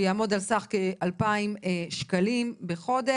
והוא יעמוד על סך של כ-2,000 ₪ בחודש.